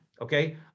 Okay